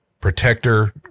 protector